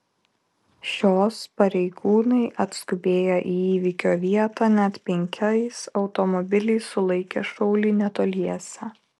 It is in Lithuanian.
šios pareigūnai atskubėję į įvykio vietą net penkiais automobiliais sulaikė šaulį netoliese